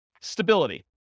Stability